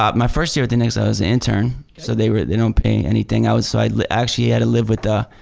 um my first year at the knicks i was an intern so they were they don't pay anything i was so i actually had to live with the,